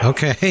Okay